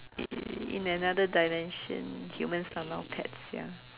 in in another dimension humans are now pets ya